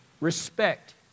respect